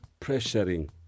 pressuring